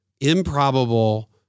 improbable